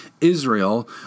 Israel